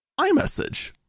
iMessage